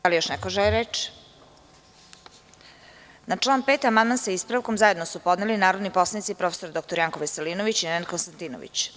Da li još neko želi reč? (Ne) Na član 5. amandman sa ispravkom zajedno su podneli narodni poslanici prof. dr Janko Veselinović i Nenad Konstantinović.